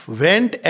went